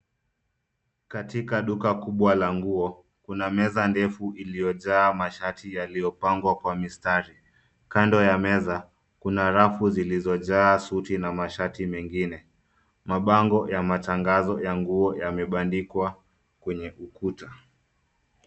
Katika duka kubwa la nguo, kuna meza ndefu iliyojaa mashati yaliyopangwa kwa mistari. Kando ya meza, kuna rafu zilizojaa suti na mashati mengine. Mabango ya matangazo ya nguo yamebandikwa kwenye ukuta.